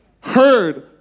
heard